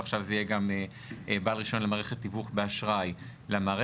ועכשיו זה יהיה גם בעל רישיון למערכת תיווך באשראי למערכת,